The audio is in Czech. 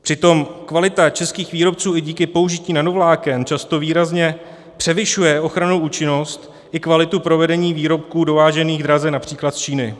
Přitom kvalita českých výrobců i díky použití nanovláken často výrazně převyšuje ochrannou účinnost i kvalitu provedení výrobků dovážených draze například z Číny.